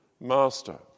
Master